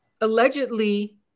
allegedly